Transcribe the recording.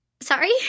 Sorry